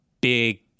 big